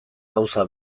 gauza